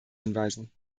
hinweisen